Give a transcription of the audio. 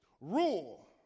rule